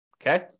Okay